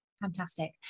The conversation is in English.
Fantastic